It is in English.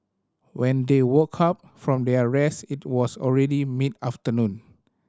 when they woke up from their rest it was already mid afternoon